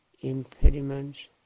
impediments